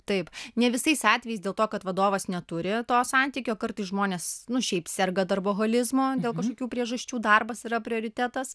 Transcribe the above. taip ne visais atvejais dėl to kad vadovas neturi to santykio kartais žmonės nu šiaip serga darboholizmo dėl kažkokių priežasčių darbas yra prioritetas